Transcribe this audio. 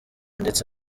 ndetse